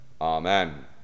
Amen